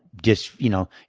just, you know,